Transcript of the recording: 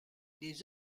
les